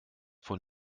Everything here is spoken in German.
von